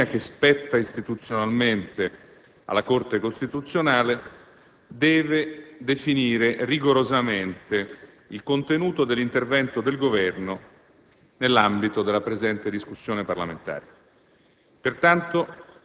e di assoluta autonomia, che spetta istituzionalmente alla Corte costituzionale, deve definire rigorosamente il contenuto dell'intervento del Governo nell'ambito della presente discussione parlamentare.